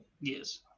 Yes